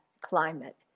climate